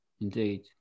Indeed